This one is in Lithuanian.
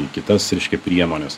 į kitas reiškia priemones